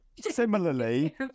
similarly